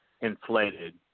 inflated